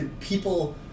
People